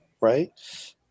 right